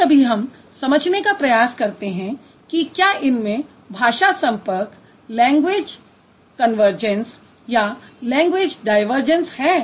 कभी कभी हम समझने का प्रयास करते हैं कि क्या इनमें भाषा संपर्क लैंग्वेज कन्वर्जेंस या लैंग्वेज डायवरजैंस है